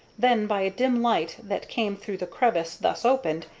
then, by a dim light that came through the crevice thus opened,